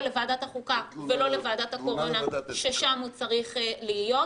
לוועדת החוקה ולא לוועדת הקורונה ששם הוא צריך להיות.